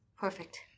Perfect